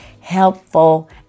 helpful